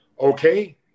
okay